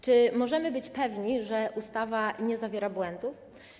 Czy możemy być pewni, że ustawa nie zawiera błędów?